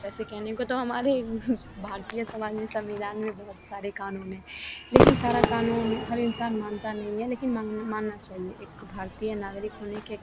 ऐसे कहने को तो हमारे भारतीय संविधान में बहुत सारे कानून है लेकिन सारा कानून हर इंसान मानता नहीं है लेकिन मानना चाहिए एक भारतीय नागरिक होने के